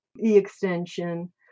e-extension